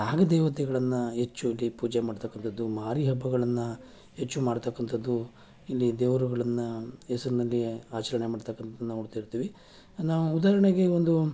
ನಾಗದೇವತೆಗಳನ್ನು ಹೆಚ್ಚು ಇಲ್ಲಿ ಪೂಜೆ ಮಾಡ್ತಕ್ಕಂಥದ್ದು ಮಾರಿ ಹಬ್ಬಗಳನ್ನು ಹೆಚ್ಚು ಮಾಡ್ತಕಂಥದ್ದು ಇಲ್ಲಿ ದೇವರುಗಳನ್ನು ಹೆಸರಿನಲ್ಲಿ ಆಚರಣೆ ಮಾಡ್ತಕ್ಕಂಥದ್ ನೋಡ್ತಿರ್ತೀವಿ ನಾವು ಉದಾಹರಣೆಗೆ ಒಂದು